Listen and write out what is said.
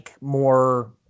more